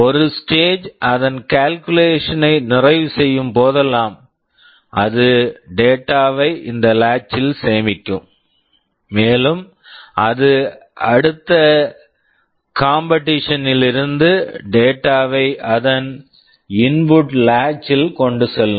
ஒரு stage stage அதன் calculation calculation ஐ நிறைவு செய்யும் போதெல்லாம் அது டேட்டா data வை இந்த லாட்ச் latch ல் சேமிக்கும் மேலும் அது அடுத்த காம்பெடிஷன் competition ல் இருந்து டேட்டா data வை அதன் இன்புட் லாட்ச் input latch ல் கொண்டு செல்லும்